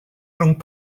rhwng